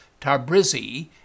Tabrizi